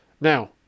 Now